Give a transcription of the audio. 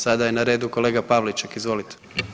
Sada je na redu kolega Pavliček, izvolite.